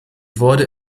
wurde